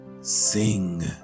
sing